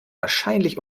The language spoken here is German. wahrscheinlich